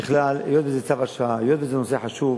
ככלל, היות שזה צו השעה, היות שזה נושא חשוב,